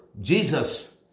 Jesus